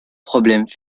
problèmes